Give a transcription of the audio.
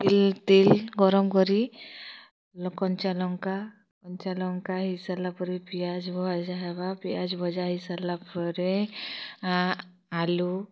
ତିଲ୍ ତେଲ୍ ଗରମ କରି କଂଚା ଲଙ୍କା କଂଚା ଲଙ୍କା ହେଇସାରିଲା ପରେ ପିଆଜ ଭଜା ହେବା ପିଆଜ ଭଜା ହେଇସାରିଲା ପରେ ଆଲୁ